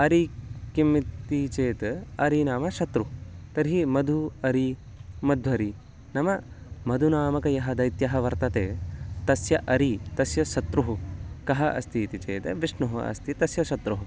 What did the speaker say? अरिः किम् इति चेत् अरिः नाम शत्रुः तर्हि मधुः अरिः मध्वरिः नाम मधुः नामकः यः दैत्यः वर्तते तस्य अरिः तस्य शत्रुः कः अस्ति इति चेत् विष्णुः अस्ति तस्य शत्रुः